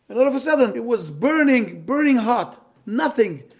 and all of a sudden, it was burning, burning hot. nothing.